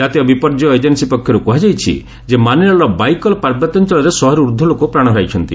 ଜାତୀୟ ବିପର୍ଯ୍ୟୟ ଏଜେନ୍ସି ପକ୍ଷରୁ କୁହାଯାଇଛି ଯେ ମାନିଲାର ବାଇକଲ ପାର୍ବତ୍ୟାଞ୍ଚଳରେ ଶହେରୁ ଊର୍ଦ୍ଧ୍ୱ ଲୋକ ପ୍ରାଣ ହରାଇଛନ୍ତି